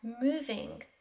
moving